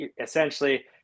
essentially